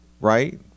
right